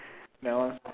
that one